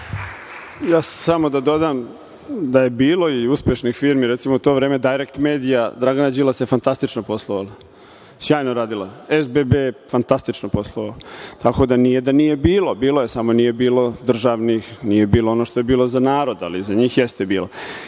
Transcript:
Samo da dodam, da je bilo i uspešnih firmi. Recimo, u to vreme „Dajrek medija“ Dragana Đilasa je fantastično poslovala. Sjajno je radila. SBB je fantastično poslovao. Tako da nije da nije bilo, bilo je, samo nije bilo državnih, nije bilo ono što je za narod, ali za njih jeste bilo. Ja